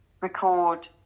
record